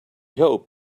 hoped